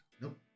Nope